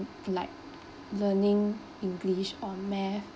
like learning english or math